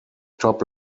top